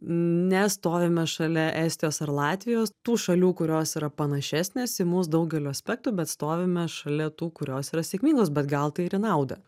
nestovime šalia estijos ar latvijos tų šalių kurios yra panašesnės į mus daugeliu aspektų bet stovime šalia tų kurios yra sėkmingos bet gal tai ir į naudą